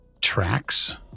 tracks